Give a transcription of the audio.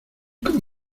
cómo